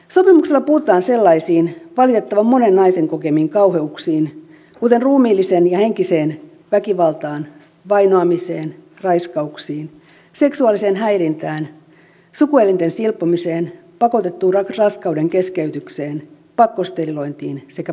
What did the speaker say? sopimuksella puututaan sellaisiin valitettavan monen naisen kokemiin kauheuksiin kuten ruumiilliseen ja henkiseen väkivaltaan vainoamiseen raiskauksiin seksuaaliseen häirintään sukuelinten silpomiseen pakotettuun raskaudenkeskeytykseen pakkosterilointiin sekä pakkoavioliittoihin